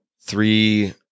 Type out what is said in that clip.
three